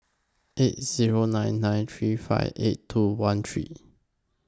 eight Zero nine nine three five eight two one three